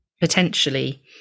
potentially